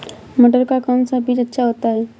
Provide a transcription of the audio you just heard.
मटर का कौन सा बीज अच्छा होता हैं?